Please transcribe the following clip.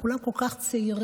כולם כל כך צעירים.